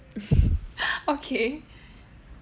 okay